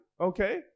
Okay